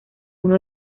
uno